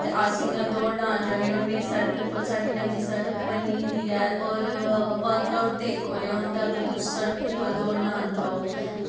ते अस इ'यां दौड़ लान जन्ने होन्ने सड़क उप्पर साढ़ी नमीं सड़क बनी दी ऐ होर बर्क आऊट ते इक्को लेआ होंदा अगर तुस सड़क उप्पर दौड़ लान जाओ